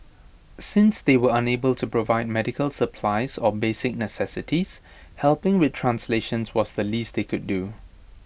since they were unable to provide medical supplies or basic necessities helping with translations was the least they could do